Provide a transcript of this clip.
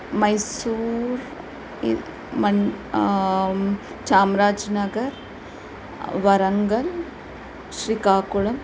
मैसूर् मन् चामराजनगर् वरांगल् श्रीकाकुळम्